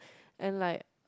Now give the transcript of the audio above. and like